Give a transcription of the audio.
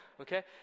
okay